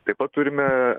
taip pat turime